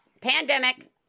pandemic